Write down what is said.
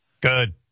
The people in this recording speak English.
Good